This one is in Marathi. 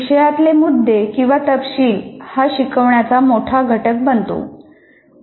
विषयातले मुद्दे किंवा तपशील हा शिकवण्याचा मोठा घटक बनतो